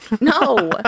No